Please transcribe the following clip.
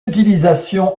utilisation